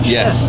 Yes